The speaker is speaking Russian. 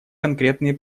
конкретные